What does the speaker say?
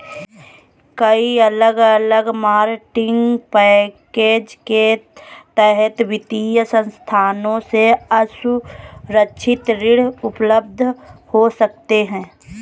कई अलग अलग मार्केटिंग पैकेज के तहत वित्तीय संस्थानों से असुरक्षित ऋण उपलब्ध हो सकते हैं